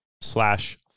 slash